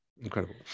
incredible